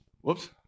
Whoops